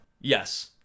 Yes